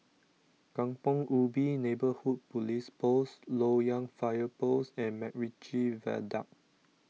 Kampong Ubi Neighbourhood Police Post Loyang Fire Post and MacRitchie Viaduct